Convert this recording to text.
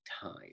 time